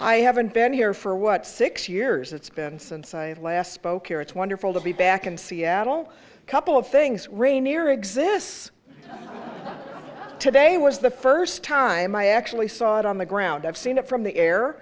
i haven't been here for what six years it's been since i last spoke here it's wonderful to be back in seattle a couple of things rainier exists today was the first time i actually saw it on the ground i've seen it from the air